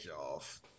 off